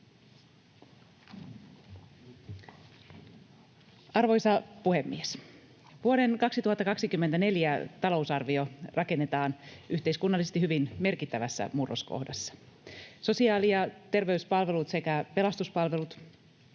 Arvoisa puhemies! Vuoden 2024 talousarvio rakennetaan yhteiskunnallisesti hyvin merkittävässä murroskohdassa. Sosiaali- ja terveyspalveluiden sekä pelastuspalveluiden